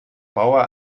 bauer